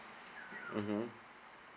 mmhmm